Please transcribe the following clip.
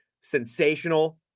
sensational